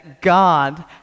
God